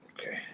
Okay